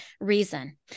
reason